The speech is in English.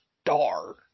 star